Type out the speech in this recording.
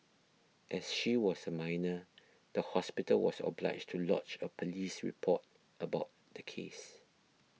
as she was a minor the hospital was obliged to lodge a police report about the case